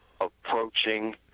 approaching